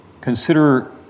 Consider